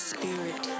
Spirit